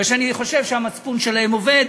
לא שאני חושב שהמצפון שלהם עובד.